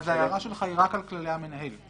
אז ההערה שלך היא רק על כללי המנהל,